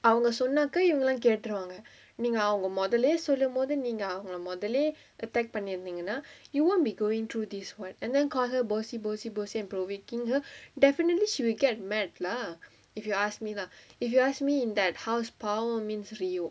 அவங்க சொன்னாக்க இவங்கல்லா கேட்டுருவாங்க நீங்க அவங்க மொதல்லயே சொல்லும்போது நீங்க அவங்கள மொதல்லயே:avanga sonnaakka ivangalla ketturuvaanga neenga avanga mothallayae sollumpothu neenga avangala mothallayae attack பண்ணி இருந்திங்கனா:panni iruntheenganaa you won't be going through this right எனக்காக:enakkaaka bossy bossy bossy and provoking her right definitely she will get mad lah if you ask me lah if you ask me in that house பாவோ:paavo means rio